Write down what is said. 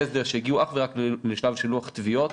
הסדר שהגיעו אך ורק לשלב של לוח תביעות,